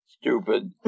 stupid